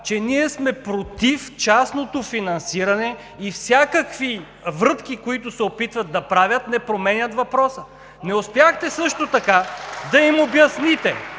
че ние сме против частното финансиране, и всякакви врътки, които се опитват да правят, не променят въпроса. Също така не успяхте да им обясните,